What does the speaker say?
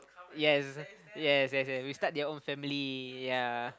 yes yes yes we start their own family yea